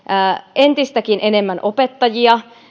entistäkin enemmän opettajia